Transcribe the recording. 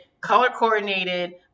color-coordinated